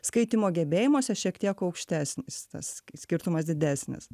skaitymo gebėjimuose šiek tiek aukštesnis tas skirtumas didesnis